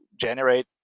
generate